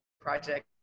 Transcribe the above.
project